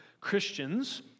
Christians